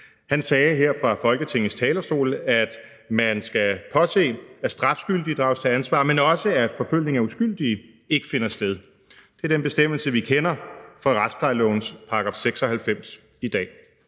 Han sagde her fra Folketingets talerstol, at man skal påse, at strafskyldige drages til ansvar, men også at forfølgning af uskyldige ikke finder sted. Det er den bestemmelse, vi kender fra retsplejelovens § 96 i dag.